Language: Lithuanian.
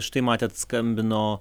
štai matėt skambino